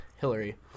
Hillary